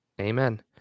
Amen